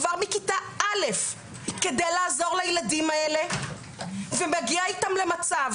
כבר מכיתה א' כדי לעזור לילדים האלה ומגיעה איתם למצב